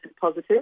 positive